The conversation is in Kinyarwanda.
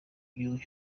igihugu